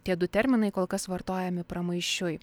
tie du terminai kol kas vartojami pramaišiui